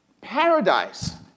Paradise